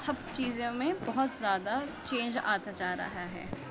سب چیزوں میں بہت زیادہ چینج آتا جا رہا ہے